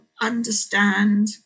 understand